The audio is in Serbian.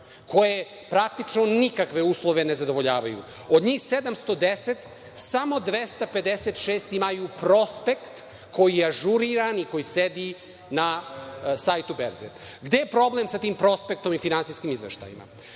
koje praktično nikakve uslove ne zadovoljavaju. Od njih 710 samo 256 imaju prospekt koji je ažuriran i koji sedi na sajtu berze. Gde je problem sa tim prospektom i finansijskim izveštajima?